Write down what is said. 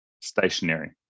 stationary